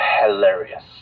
Hilarious